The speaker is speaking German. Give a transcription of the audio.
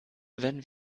wenn